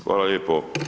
Hvala lijepo.